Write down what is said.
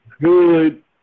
good